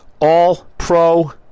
all-pro